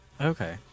Okay